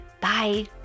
Bye